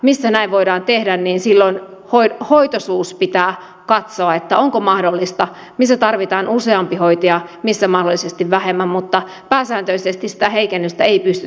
missä näin voidaan tehdä niin silloin hoitoisuus pitää katsoa onko mahdollista missä tarvitaan useampi hoitaja missä mahdollisesti vähemmän mutta pääsääntöisesti sitä heikennystä ei pystytä tekemään